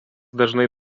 dažnai